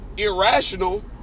irrational